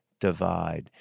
divide